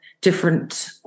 different